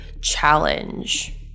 challenge